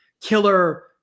killer